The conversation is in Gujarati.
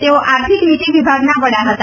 તેઓ આર્થિક નિતી વિભાગના વડા હતા